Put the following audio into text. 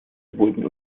wurden